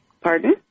Pardon